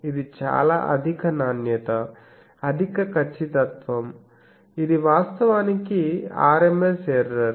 ఇది చాలా అధిక నాణ్యత అధిక ఖచ్చితత్వం ఇది వాస్తవానికి RMS ఎర్రర్